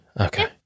okay